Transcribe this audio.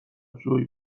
جویی